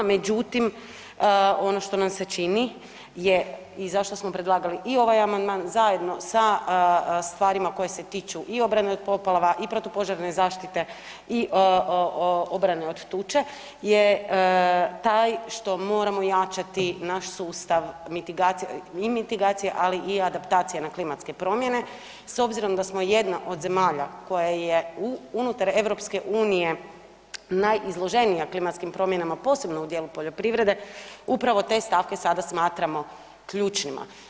Međutim, ono što nam se čini je i zašto smo predlagali i ovaj amandman zajedno sa stvarima koje se tiču i obrane od poplave i protupožarne zaštite i obrane od tuče je taj što moramo jačati naš sustav i mitigacije, ali i adaptacije na klimatske promjene s obzirom da smo jedna od zemalja koja je unutar EU najizloženija klimatskim promjenama posebno u dijelu poljoprivrede upravo te stavke sada smatramo ključnima.